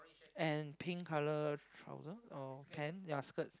and pink colour trouser or pant ya skirts